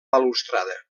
balustrada